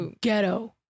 ghetto